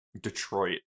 Detroit